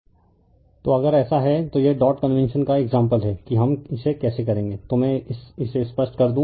तो अगर ऐसा है तो यह डॉट कन्वेंशन का एक्साम्पल है कि हम इसे कैसे करेंगे तो मैं इसे स्पष्ट कर दूं